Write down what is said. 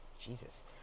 Jesus